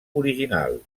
original